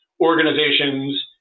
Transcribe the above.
organizations